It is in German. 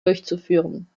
durchzuführen